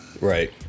Right